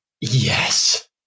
Yes